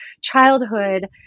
childhood